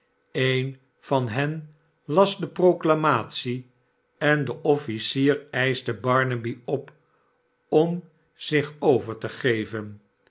een van hen las de proclamatie en de offieier eischte barnaby op om zich over te geven